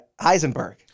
Heisenberg